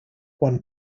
one